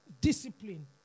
discipline